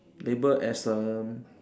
labelled as a